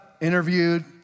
interviewed